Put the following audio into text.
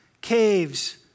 Caves